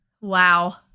Wow